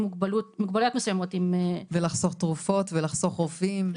מוגבלויות מסוימות --- ולחסוך תרופות ולחסוך רופאים.